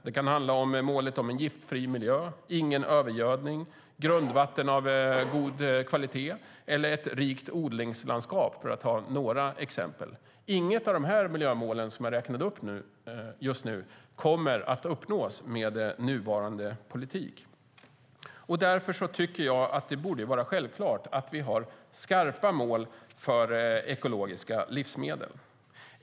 Det kan, för att ta några exempel, handla om målen Giftfri miljö, Ingen övergödning, Grundvatten av god kvalitet eller Ett rikt odlingslandskap. Inget av miljömålen som jag just räknade upp kommer att uppnås med nuvarande politik. Därför borde det vara självklart att vi har skarpa mål för ekologiska livsmedel.